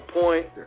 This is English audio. point